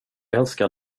älskar